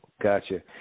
Gotcha